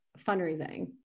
fundraising